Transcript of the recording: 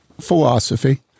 philosophy